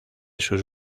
sus